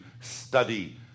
study